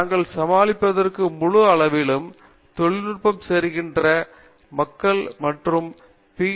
நாங்கள் சமாளித்தவற்றில் முழு அளவிலும் தொழிலில் சேருகின்ற மக்கள் மற்றும் பி